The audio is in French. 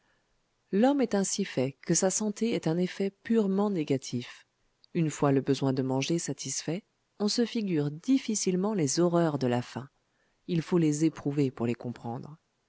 l'homme est ainsi fait que sa santé est un effet purement négatif une fois le besoin de manger satisfait on se figure difficilement les horreurs de la faim il faut les éprouver pour les comprendre